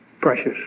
precious